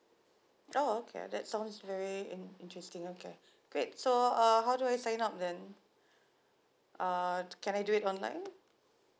oh okay that sounds very in interesting okay great so uh how do I sign up then uh can I do it online